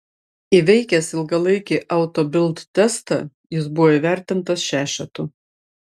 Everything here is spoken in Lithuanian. įveikęs ilgalaikį auto bild testą jis buvo įvertintas šešetu